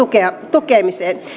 tukemiseen